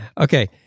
Okay